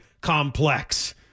complex